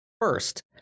First